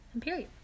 Period